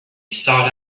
sought